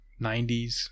90s